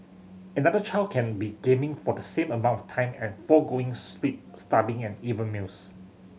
another child can be gaming for the same amount of time and forgoing sleep studying and even meals